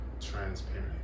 transparent